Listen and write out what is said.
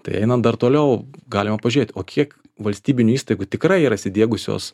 tai einam dar toliau galima pažiūrėt o kiek valstybinių įstaigų tikrai yra įsidiegusios